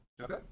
Okay